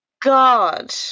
god